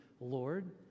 Lord